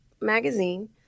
magazine